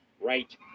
right